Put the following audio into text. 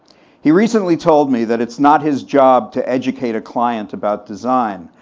he recently told me that it's not his job to educate a client about design,